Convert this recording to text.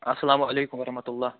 اسلام علیکم وحمتُہ اللہ